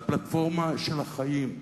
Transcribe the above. הפלטפורמה של החיים,